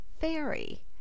fairy